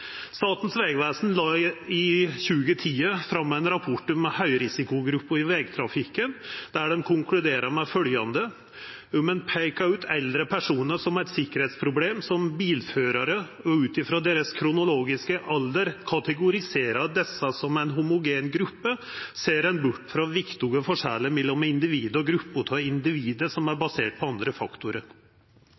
Statens vegvesen la i 2010 fram ein rapport om høgrisikogrupper i vegtrafikken, der dei konkluderte med følgjande: «Om man peker ut eldre personer som et sikkerhetsproblem og ut fra deres kronologiske alder kategoriserer disse som en homogen gruppe, ser man bort fra viktige forskjeller mellom individer og grupper av individer som er basert på andre faktorer.